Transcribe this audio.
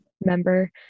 member